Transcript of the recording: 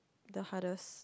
the hardest